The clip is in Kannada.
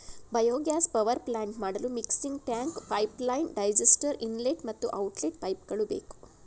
ಬಯೋಗ್ಯಾಸ್ ಪವರ್ ಪ್ಲಾಂಟ್ ಮಾಡಲು mixing tank, pipeline, digester, inlet ಮತ್ತು ಔಟ್ಲೆಟ್ ಪೈಪ್ಗಳು ಬೇಕು